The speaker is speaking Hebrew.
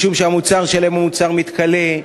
משום שהמוצר שלהם הוא מוצר מתכלה,